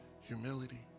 humility